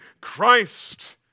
Christ